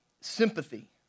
sympathy